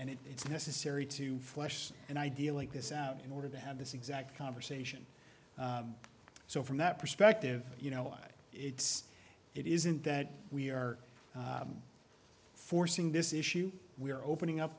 f it's necessary to flush an idea like this in order to have this exact conversation so from that perspective you know it's it isn't that we are forcing this issue we are opening up